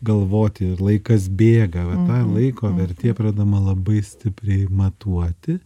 galvoti laikas bėga laiko vertė pradedama labai stipriai matuoti